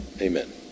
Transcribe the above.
Amen